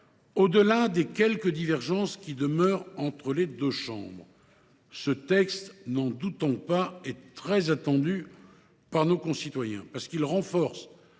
Au delà des quelques divergences qui demeurent entre les deux chambres, ce texte n’en doutons pas est très attendu par nos concitoyens, parce qu’il renforce